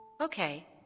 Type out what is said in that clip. Okay